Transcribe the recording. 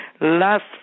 Last